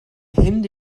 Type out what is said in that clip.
hände